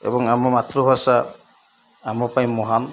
ଏବଂ ଆମ ମାତୃଭାଷା ଆମ ପାଇଁ ମହାନ୍